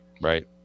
Right